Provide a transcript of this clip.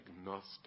Agnostic